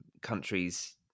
countries